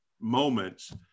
moments